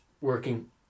working